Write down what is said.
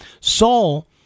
Saul